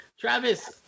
Travis